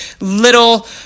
little